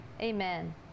Amen